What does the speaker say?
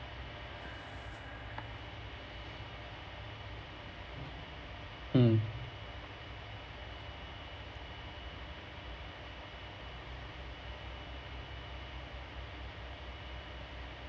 mm